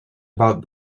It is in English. about